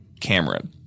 Cameron